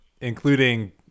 including